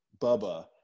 Bubba